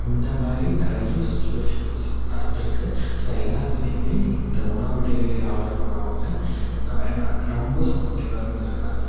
இந்த மாதிரி நிறையா சுச்சுவேஷன்ஸ் நடந்திருக்கு ஸோ எல்லாத்துலேயுமே இந்த உணவு டெலிவரி ஆர்டர் பண்ணவங்க என்ன என்ன ரொம்ப சப்போட்டிவாக இருந்திருக்காங்க